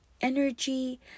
energy